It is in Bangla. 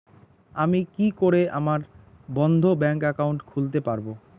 আমি কি করে আমার বন্ধ ব্যাংক একাউন্ট খুলতে পারবো?